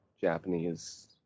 Japanese